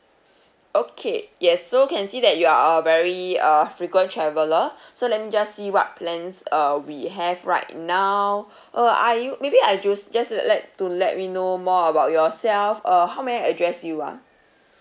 okay yes so can see that you are a very uh frequent traveller so let me just see what plans uh we have right now uh are you maybe I jus~ just let to let me know more about yourself uh how may I address you ah